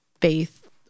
faith